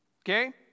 okay